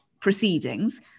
proceedings